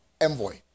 envoy